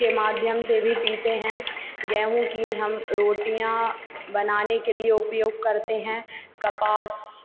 के माध्यम से भी पीते हैं गेहूँ की हम रोटियाँ बनाने के लिए उपयोग करते हैं कपास